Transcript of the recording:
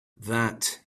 that